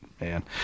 Man